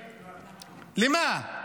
למה?